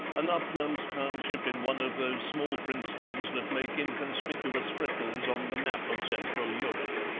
an upland township in one of those small princedoms that make inconspicuous freckles on the map of central europe.